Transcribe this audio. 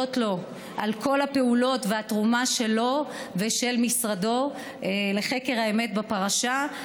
להודות לו על כל הפעולות והתרומה שלו ושל משרדו לחקר האמת בפרשה.